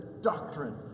doctrine